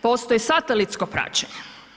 Postoji satelitsko praćenje.